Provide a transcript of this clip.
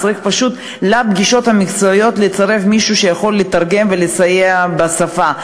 אז צריך פשוט לפגישות המקצועיות לצרף מישהו שיכול לתרגם ולסייע בשפה.